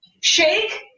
Shake